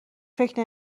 فکر